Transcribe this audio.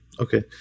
okay